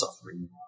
suffering